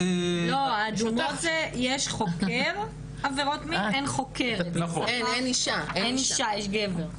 יש חוקר עבירות מין, אין חוקרת, אין אישה יש גבר.